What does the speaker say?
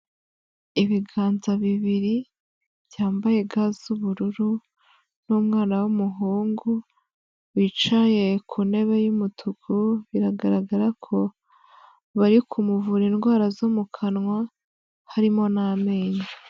Ibiganza bibiri byambaye ga z'ubururu n'umwana w'umuhungu wicaye ku ntebe y'umutuku, biragaragara ko bari kumuvura indwara zo mu kanwa harimo n'amenyo.